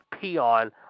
peon